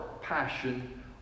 passion